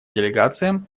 делегациям